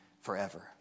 forever